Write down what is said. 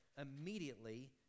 immediately